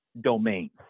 domains